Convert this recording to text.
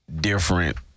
different